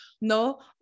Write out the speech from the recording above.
No